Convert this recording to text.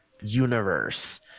universe